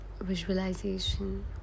visualization